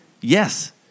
yes